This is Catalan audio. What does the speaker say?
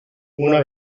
una